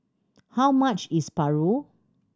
how much is Paru